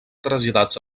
traslladats